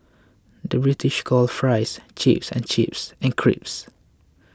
the British calls Fries Chips and chips